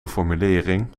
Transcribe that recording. formulering